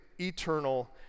eternal